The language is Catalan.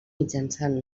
mitjançant